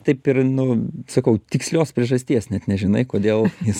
taip ir nu sakau tikslios priežasties net nežinai kodėl jis